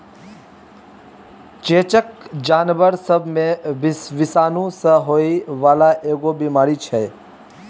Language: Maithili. चेचक जानबर सब मे विषाणु सँ होइ बाला एगो बीमारी छै